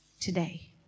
today